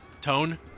Tone